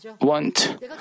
want